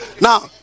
Now